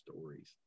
stories